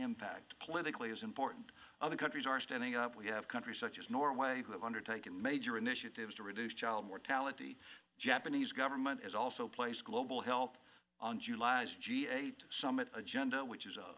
impact politically is important other countries are standing up we have countries such as norway who have undertaken major initiatives to reduce child mortality japanese government has also placed global health on july's g eight summit agenda which is a